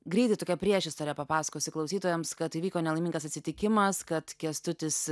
greitai tokia priešistorę papasakosiu klausytojams kad įvyko nelaimingas atsitikimas kad kęstutis